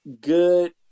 good